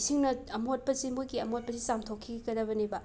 ꯏꯁꯤꯡꯅ ꯑꯃꯣꯠꯄꯁꯤ ꯃꯣꯏꯒꯤ ꯑꯃꯣꯠꯄꯁꯤ ꯆꯥꯝꯊꯣꯛꯈꯤꯒꯗꯕꯅꯦꯕ